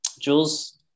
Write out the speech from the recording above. Jules